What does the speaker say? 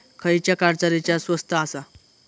खयच्या कार्डचा रिचार्ज स्वस्त आसा?